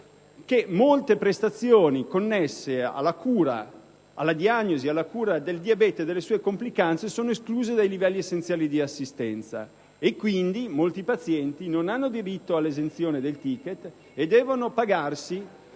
molte prestazione connesse alla diagnosi e alla cura del diabete e delle sue complicanze sono escluse dai livelli essenziali di assistenza. Ne consegue che molti pazienti non hanno diritto all'esenzione del *ticket* e devono